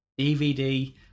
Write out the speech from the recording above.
DVD